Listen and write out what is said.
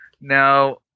Now